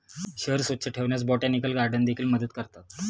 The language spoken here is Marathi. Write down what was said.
शहर स्वच्छ ठेवण्यास बोटॅनिकल गार्डन देखील मदत करतात